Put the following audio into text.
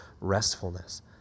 restfulness